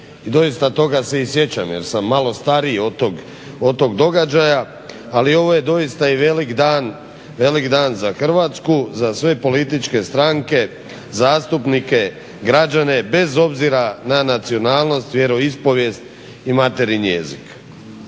doista toga se i sjećam jer sam malo stariji od tog događaja, ali ovo je doista i velik dan za Hrvatsku, za sve političke stranke, zastupnike, građane bez obzira na nacionalnost, vjeroispovijest i materinji jezik.